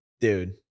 Dude